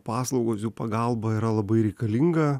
paslaugos jų pagalba yra labai reikalinga